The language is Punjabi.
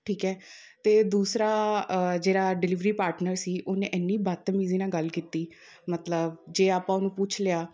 ਠੀਕ ਹੈ ਅਤੇ ਦੂਸਰਾ ਜਿਹੜਾ ਡਿਲੀਵਰੀ ਪਾਰਟਨਰ ਸੀ ਉਹਨੇ ਇੰਨੀ ਬਤਮੀਜ਼ੀ ਨਾਲ ਗੱਲ ਕੀਤੀ ਮਤਲਬ ਜੇ ਆਪਾਂ ਉਹਨੂੰ ਪੁੱਛ ਲਿਆ